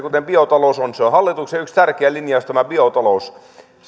kuten biotalous tämä biotalous on hallituksen yksi tärkeä linjaus